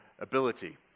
ability